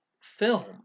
film